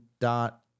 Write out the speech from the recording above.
dot